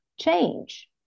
change